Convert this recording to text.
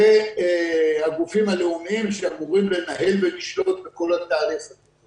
והגופים הלאומיים שאמורים לנהל ולשלוט בכל התהליך הזה.